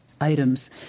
items